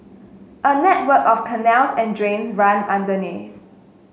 a network of canals and drains run underneath